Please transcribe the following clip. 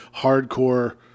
hardcore